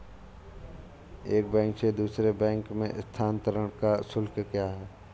एक बैंक से दूसरे बैंक में स्थानांतरण का शुल्क क्या है?